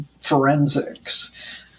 forensics